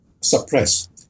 suppressed